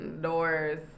doors